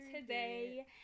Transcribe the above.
Today